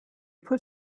put